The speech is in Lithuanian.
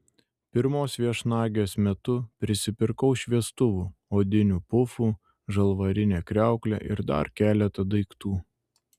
pirmos viešnagės metu prisipirkau šviestuvų odinių pufų žalvarinę kriauklę ir dar keletą daiktų